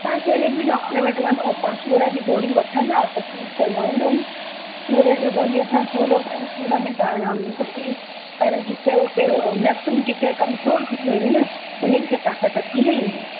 तव्हां कहिड़े बि डॉक्टर वटि वञो तव्हां सूर जी गोरी वठंदा त सूर त लहंदो ई सूर जी गोरीअ सां थोड़ो टाईम सूर में त आराम ईंदुसि ई पर जिते उते नसुनि जी कंहिं कमज़ोर थी वियूं आहिनि न उन्हनि खे ताक़त कीअं ईंदी